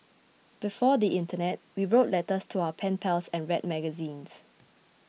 before the internet we wrote letters to our pen pals and read magazines